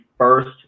First